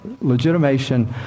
legitimation